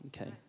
okay